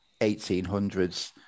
1800s